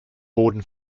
boden